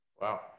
wow